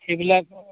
সেইবিলাক